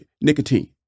nicotine